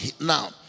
now